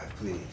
please